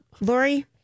Lori